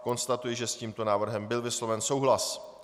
Konstatuji, že s tímto návrhem byl vysloven souhlas.